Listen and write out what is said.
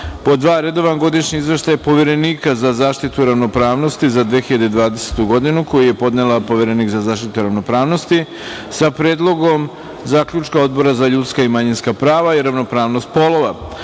Redovan godišnji izveštaj Poverenika za zaštitu ravnopravnosti za 2020. godinu, koji je podnela Poverenik za zaštitu ravnopravnosti, sa Predlogom zaključka Odbora za ljudska i manjinska prava i ravnopravnost;3.